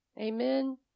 Amen